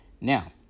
Now